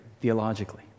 theologically